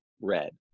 red